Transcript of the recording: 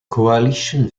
coalition